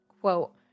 quote